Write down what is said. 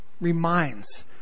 reminds